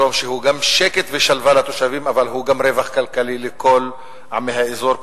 שלום שהוא גם שקט ושלווה לתושבים אבל הוא גם רווח כלכלי לכל עמי האזור,